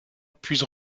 puisse